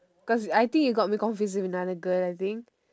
cause I think you got me confused with another girl I think